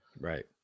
right